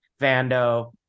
Vando